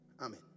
Amen